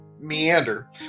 meander